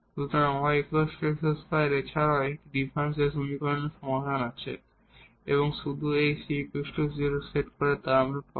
সুতরাং y x2 এছাড়াও এই ডিফারেনশিয়াল সমীকরণের সমাধান আছে এবং শুধু এই c 0 সেট করে আমরা তা পাবো